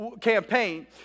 campaign